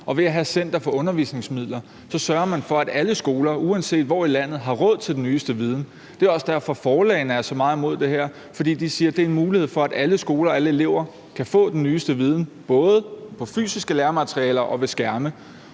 og ved at have Center for Undervisningsmidler sørger man for, at alle skoler, uanset hvor de er i landet, har råd til den nyeste viden. Det er også derfor, forlagene er så meget imod det her. Det er, siger de, fordi det er en mulighed for, at alle skoler og alle elever kan få den nyeste viden, både gennem fysiske materialer og ved skærme.